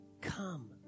Come